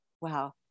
wow